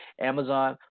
Amazon